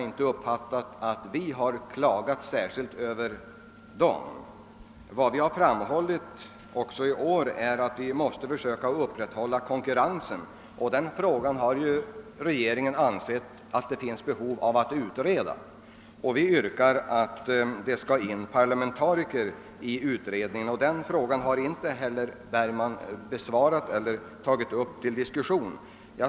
Vad vi även i år har framhållit är att man måste försöka upprätthålla konkurrensen inom bostadsbyggandet. Regeringen har nu också ansett att den frågan behöver utredas. Vi yrkar på alt parlamentariker skall ingå i en sådan utredning, men den frågan har herr Bergman inte heller tagit upp till diskussion.